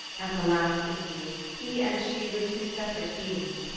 at the last issue, he and she were two separate beings,